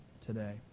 today